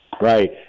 Right